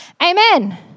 Amen